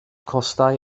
costau